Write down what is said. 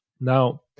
Now